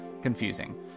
confusing